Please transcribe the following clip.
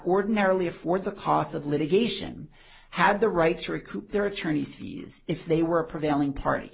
ordinarily afford the costs of litigation have the rights recoup their attorney's fees if they were prevailing party